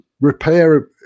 repair